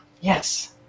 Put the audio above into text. Yes